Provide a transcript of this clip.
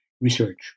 research